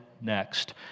next